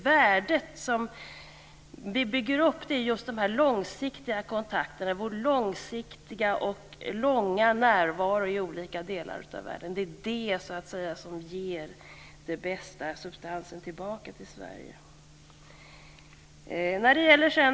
Värdet som byggs upp ligger i de långsiktiga kontakterna och den långa närvaron i olika delar av världen. Det är det som ger den bästa substansen tillbaka till Sverige.